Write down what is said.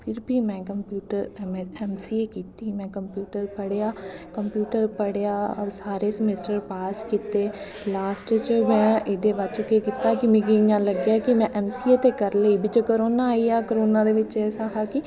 फिर बी में कंप्यूटर ऐम सी ए कीती में कंप्यूटर पढ़ेआ कंप्यूटर पढ़ेआ होर सारे समिस्टर पास कीते लास्ट च में एह्दे बाद च केह् कीता कि मिगा इ'यां लग्गेआ कि में ऐम सी ए लेई बिच्च करोना आई गेआ करोना दे बिच्च ऐसा हा कि